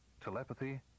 telepathy